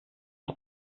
auf